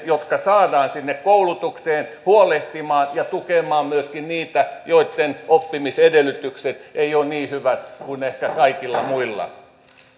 jotka saadaan sinne koulutukseen huolehtimaan ja tukemaan myöskin niitä joitten oppimisedellytykset ei ole niin hyvät kuin ehkä kaikilla muilla